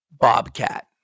Bobcat